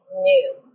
new